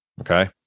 Okay